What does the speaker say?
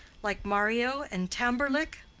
like mario and tamberlik?